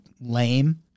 lame